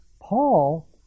Paul